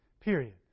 period